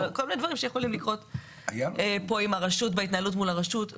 כל מיני דברים שיכולים לקרות בהתנהלות מול הרשות.